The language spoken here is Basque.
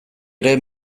ere